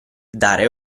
dare